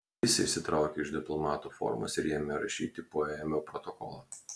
jis išsitraukė iš diplomato formas ir ėmė rašyti poėmio protokolą